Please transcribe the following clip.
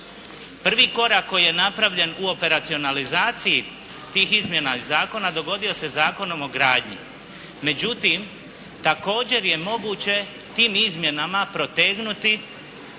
Prvi korak koji je napravljen u operacionalizaciji tih izmjena i zakona dogodio se Zakonom o gradnji. Međutim, također je moguće tim izmjenama protegnuti